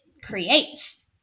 creates